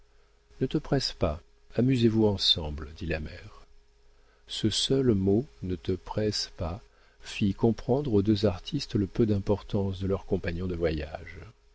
ne te presse pas amusez-vous ensemble dit la mère ce seul mot ne te presse pas fit comprendre aux deux artistes le peu d'importance de leur compagnon de voyage